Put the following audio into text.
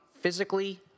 physically